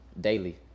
daily